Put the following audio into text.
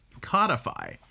codify